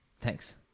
Thanks